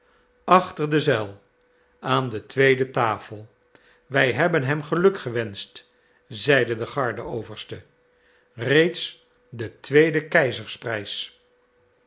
achter de zuil aan de tweede tafel wij hebben hem geluk gewenscht zeide de garde overste reeds de tweede